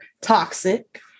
toxic